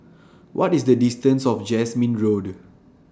What IS The distance of Jasmine Road